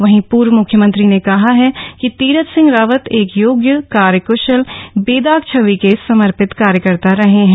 वहीं पूर्व मुख्यमंत्री ने कहा कि तीरथ सिंह रावत एक योग्य कार्यकुशल बेदाग छवि के समर्पित कार्यकर्ता रहे हैं